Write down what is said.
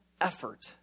effort